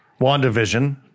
WandaVision